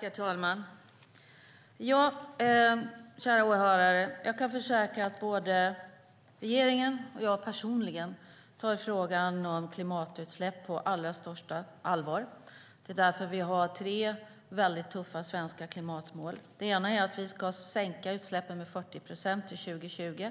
Herr talman! Kära åhörare! Jag kan försäkra att både regeringen och jag personligen tar frågan om klimatutsläpp på allra största allvar. Det är därför vi har tre tuffa svenska klimatmål. Det ena är att vi ska sänka utsläppen med 40 procent till 2020.